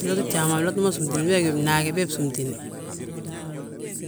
Blto bjaa ma bloti ma súmtini be gí bnaage, bee bsúmtini